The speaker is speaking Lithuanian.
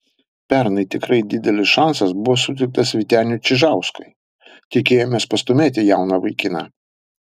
pernai tikrai didelis šansas buvo suteiktas vyteniui čižauskui tikėjomės pastūmėti jauną vaikiną